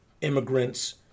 immigrants